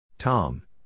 Tom